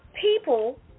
people